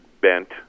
bent